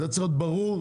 זה צריך להיות ברור,